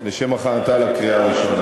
לשם הכנתה לקריאה הראשונה.